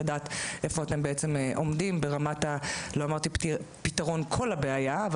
כדי לדעת איפה אתם עומדים לא אמרתי: ברמת פתרון כל הבעיה,